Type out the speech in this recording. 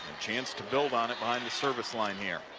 chance to build on it behind the service line here.